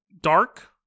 dark